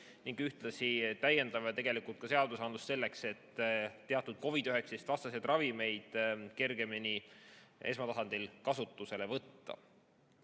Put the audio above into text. ning ühtlasi täiendame ka seadusandlust selleks, et teatud COVID‑19-vastaseid ravimeid kergemini esmatasandil kasutusele võtta. Aga